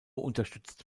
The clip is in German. unterstützt